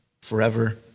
forever